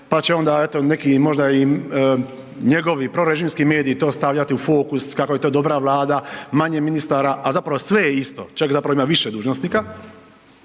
pa će onda neki možda njegovi prorežimski mediji to stavljati u fokus, kako je to dobra Vlada, manje ministara, a zapravo sve isto, čak ima više dužnosnika.